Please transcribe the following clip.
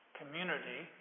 community